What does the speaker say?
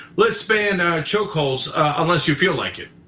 let's ban chokeholds unless you feel like it.